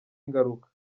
ingaruka